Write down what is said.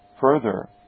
Further